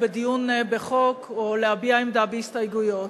בדיון בחוק או להביע עמדה בהסתייגויות.